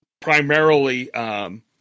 primarily –